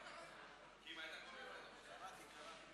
מה זה, כי אם היית קורא אותה, קראתי, קראתי.